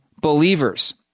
believers